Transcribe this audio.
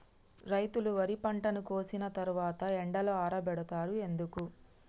రైతులు వరి పంటను కోసిన తర్వాత ఎండలో ఆరబెడుతరు ఎందుకు?